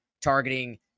targeting